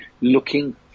looking